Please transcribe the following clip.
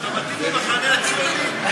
אז אתה מתאים למחנה הציוני.